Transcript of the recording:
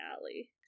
alley